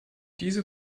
diese